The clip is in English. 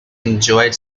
enjoyed